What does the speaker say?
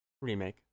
Remake